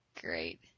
great